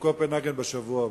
לקופנהגן בשבוע הבא.